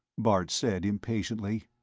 bart said impatiently.